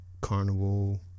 carnival